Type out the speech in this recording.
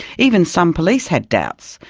even some police had doubts.